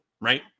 right